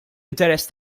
interess